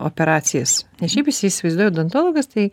operacijas nes šiaip visi įsivaizduoja odontologas tai